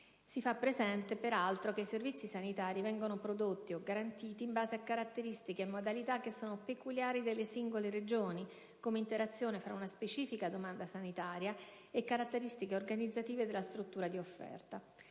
Si fa presente, peraltro, che i servizi sanitari vengono prodotti (o garantiti) in base a caratteristiche e modalità che sono peculiari delle singole Regioni, come interazione tra una specifica domanda sanitaria e caratteristiche organizzative della struttura di offerta;